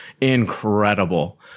Incredible